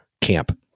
camp